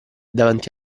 davanti